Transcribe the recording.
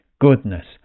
goodness